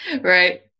Right